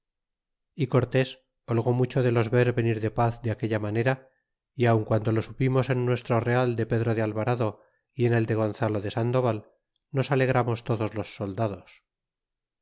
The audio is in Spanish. y cortés holgó mucho de los ver venir da paz de aquella manera y aun guando lo supimos en nuestro real de pedro de alvarado y en el de gonzalo de sandoval nos alegramos todos los soldados